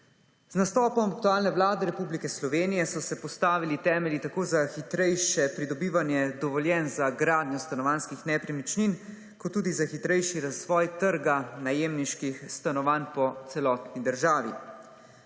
Z nastopom aktualne Vlade Republike Slovenije so se postavili temelji tako za hitrejše pridobivanje dovoljenj za gradnjo stanovanjskih nepremičnin kot tudi za hitrejši razvoj trga najemniških stanovanj po celotni državi.